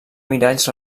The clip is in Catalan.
miralls